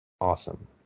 Awesome